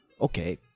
okay